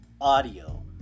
audio